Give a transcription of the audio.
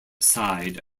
side